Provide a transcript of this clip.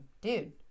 Dude